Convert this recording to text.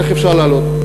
איך אפשר לעלות?